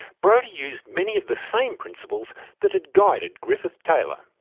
brodie used many of the same principles that had guided griffith taylor.